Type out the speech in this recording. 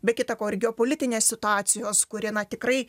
be kita ko ir geopolitinės situacijos kuri na tikrai